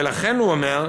ולכן, הוא אומר,